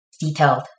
detailed